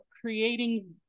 creating